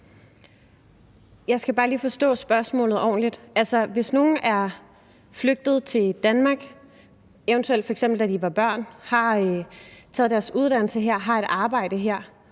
Jeg skal bare lige forstå spørgsmålet ordentligt. Altså, hvis nogle er flygtet til Danmark, eventuelt da de var børn, og de har taget deres uddannelse her og har et arbejde her,